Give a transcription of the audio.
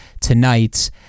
tonight